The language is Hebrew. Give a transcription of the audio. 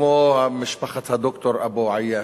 כמו משפחת הד"ר אבו אל-עייש,